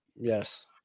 Yes